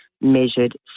measured